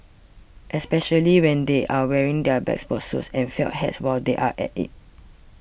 especially when they are wearing their bespoke suits and felt hats while they are at it